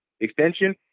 extension